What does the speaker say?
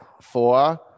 Four